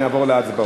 ואז נעבור להצבעות.